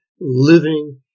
living